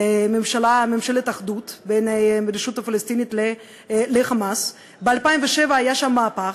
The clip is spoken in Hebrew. ממשלת אחדות של הרשות הפלסטינית ו"חמאס"; ב-2007 היה שם מהפך,